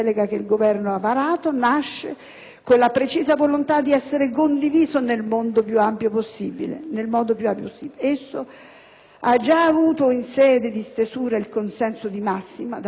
con la precisa volontà di essere condiviso nel modo più ampio possibile. Esso ha già avuto in sede di stesura il consenso di massima da parte della Conferenza unificata,